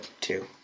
Two